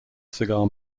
cigar